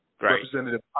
Representative